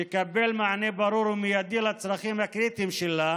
תקבל מענה ברור ומיידי לצרכים הקריטיים שלה,